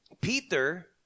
Peter